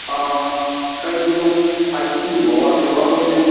ꯑꯥ ꯀꯔꯤꯅꯣ ꯍꯥꯏꯕꯤꯔꯤꯕ ꯋꯥꯁꯤꯕꯣ ꯑꯗꯣꯝꯅ